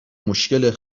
مشکل